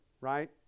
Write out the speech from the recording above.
right